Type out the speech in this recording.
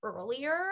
earlier